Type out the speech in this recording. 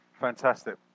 Fantastic